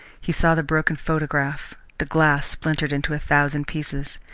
he saw the broken photograph, the glass splintered into a thousand pieces.